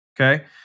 okay